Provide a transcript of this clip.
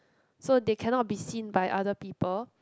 so they cannot be seen by other people